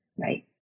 Right